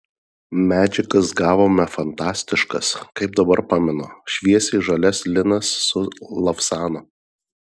medžiagas gavome fantastiškas kaip dabar pamenu šviesiai žalias linas su lavsanu